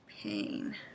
pain